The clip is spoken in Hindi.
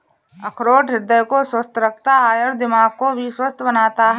अखरोट हृदय को स्वस्थ रखता है तथा दिमाग को भी स्वस्थ बनाता है